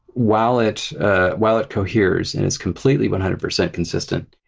while it while it coheres, and it's completely one hundred percent consistent,